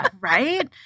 Right